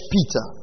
Peter